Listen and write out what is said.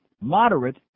Moderate